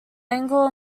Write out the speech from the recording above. bangor